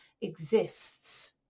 exists